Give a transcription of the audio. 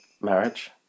marriage